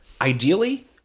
ideally